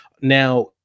Now